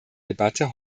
debatte